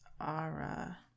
Ara